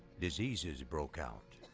diseases broke out.